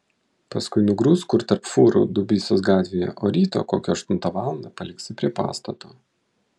paskui nugrūsk kur tarp fūrų dubysos gatvėje o rytą kokią aštuntą valandą paliksi prie pastato